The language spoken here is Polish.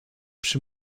przy